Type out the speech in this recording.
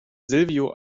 silvio